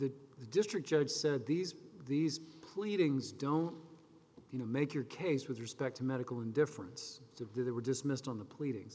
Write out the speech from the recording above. district judge said these these pleadings don't you know make your case with respect to medical indifference to do they were dismissed on the pleading